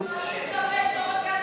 שרון גל,